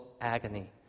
agony